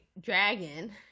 dragon